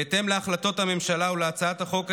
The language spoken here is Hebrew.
בהתאם להחלטות הממשלה ולהצעת החוק,